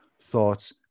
thoughts